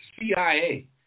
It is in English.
CIA